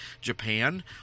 Japan